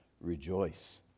rejoice